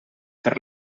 per